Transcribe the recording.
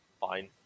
fine